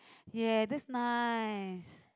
ya this nice